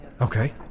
Okay